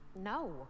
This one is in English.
No